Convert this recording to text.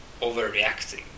overreacting